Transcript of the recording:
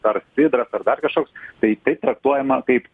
ar sidras ar dar kažkoks tai tai traktuojama kaip